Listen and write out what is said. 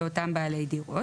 לאותם בעלי דירות,